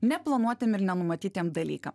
neplanuotiem ir nenumatytiem dalykam